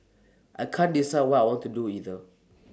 I can't decide what I want to do either